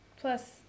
plus